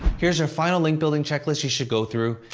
here's your final link building checklist you should go through.